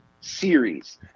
series